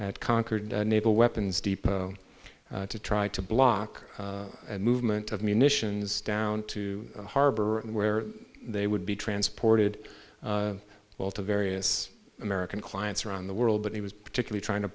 at concord naval weapons depot to try to block the movement of munitions down to the harbor where they would be transported well to various american clients around the world but he was particularly trying to